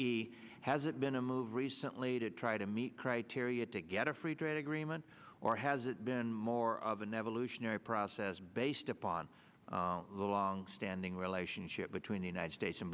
has it been a move recently to try to meet criteria to get a free trade agreement or has it been more of an evolutionary process based upon standing relationship between the united states and